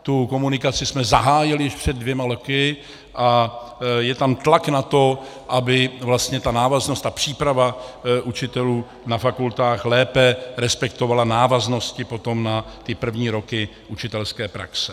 Tu komunikací jsme zahájili před dvěma lety a je tam tlak na to, aby vlastně ta návaznost, ta příprava učitelů na fakultách lépe respektovala návaznosti potom na první roky učitelské praxe.